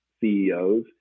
CEOs